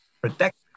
protect